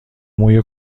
موی